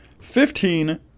fifteen